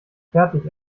fertig